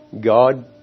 God